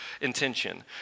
intention